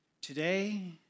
Today